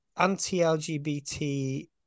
anti-LGBT